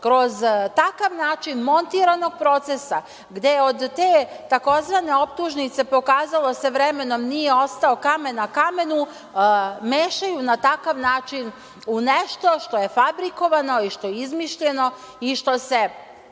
kroz takav način montiranog procesa gde od te tzv. optužnice pokazalo se vremenom nije ostao kamen na kamenu, mešaju na takav način u nešto što je fabrikovano i što je izmišljeno i što se